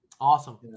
Awesome